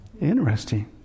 Interesting